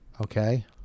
Okay